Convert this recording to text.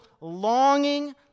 longing